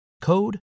code